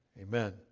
Amen